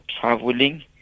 traveling